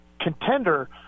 contender